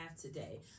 today